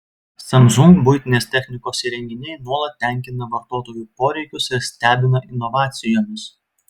samsung buitinės technikos įrenginiai nuolat tenkina vartotojų poreikius ir stebina inovacijomis